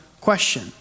question